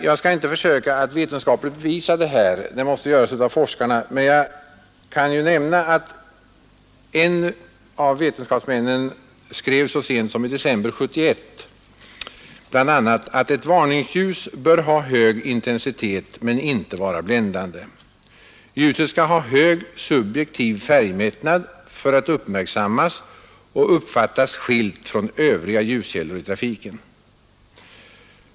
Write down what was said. Jag skall inte försöka att vetenskapligt bevisa detta, det måste göras av forskarna, men jag kan nämna att en av vetenskapsmännen så sent som i december 1971 bl.a. skrev att ett varningsljus bör ha hög intensitet men inte vara bländande. Ljuset skall ha hög subjektiv färgmättnad för att uppmärksammas och uppfattas skilt från övriga ljuskällor i trafiken.